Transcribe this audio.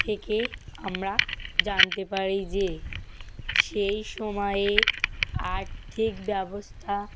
থেকে আমরা জানতে পারি যে সেই সময়ে আর্থিক ব্যবস্থা